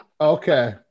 Okay